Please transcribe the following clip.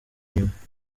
inyuma